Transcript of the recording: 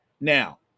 Now